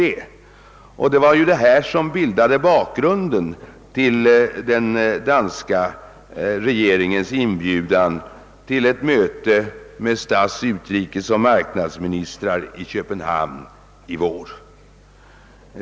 Detta var också bakgrunden till den danska regeringens inbjudan till en sammankomst med stats-, utrikesoch marknadsministrarna i Köpenhamn i vår.